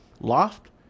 Loft